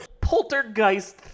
Poltergeist